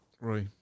Right